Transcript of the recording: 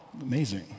Amazing